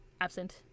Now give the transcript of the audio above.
absent